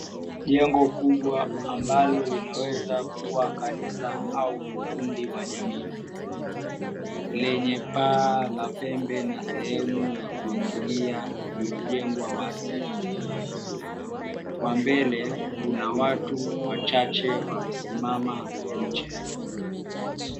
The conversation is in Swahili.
Jengo kubwa ambalo linaweza kuwa kanisa au ukumbi wa jamii, lenye paa la pembe na sehemu ya kuingilia limejengwa wazi. Kwa mbele, kuna watu wachache wamesimama nje.